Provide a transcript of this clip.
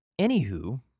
Anywho